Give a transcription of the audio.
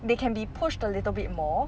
they can be pushed a little bit more